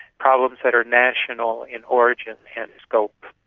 problems that are national in origin and scope.